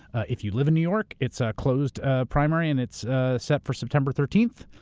if you live in new york, it's a closed ah primary and it's set for september thirteenth,